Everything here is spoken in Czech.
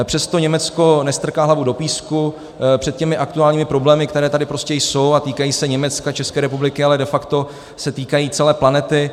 Přesto Německo nestrká hlavu do písku před aktuálními problémy, které tady prostě jsou a týkají se Německa, České republiky, ale de facto se týkají celé planety.